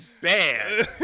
bad